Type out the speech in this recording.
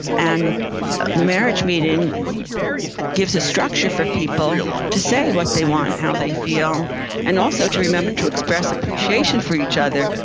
and the marriage meeting gives a structure for people to say what they want, how they feel and also to remember to express appreciation for each other.